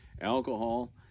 alcohol